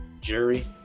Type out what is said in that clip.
jerry